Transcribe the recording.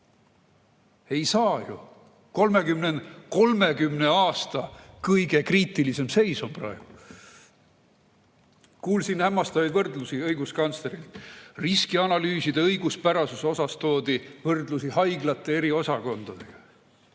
Ei saa ju. 30 aasta kõige kriitilisem seis on praegu. Kuulsin hämmastavaid võrdlusi õiguskantslerilt, riskianalüüside õiguspärasuse kohta toodi võrdlusi haiglate eriosakondadega.